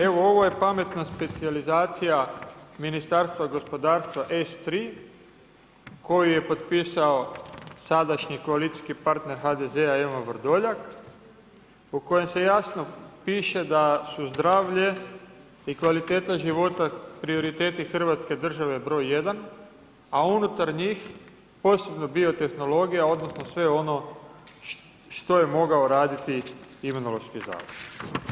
Evo, ovo je pametna specijalizacija Ministarstva gospodarstva S3 koji je potpisao sadašnji koalicijski partner HDZ-a Ivan Vrdoljak, u kojem se jasno piše da su zdravlje i kvaliteta života prioriteti Hrvatske države br.1, a unutar njih posebna bio tehnologija, odnosno, sve ono što je mogao raditi Imunološki zavod.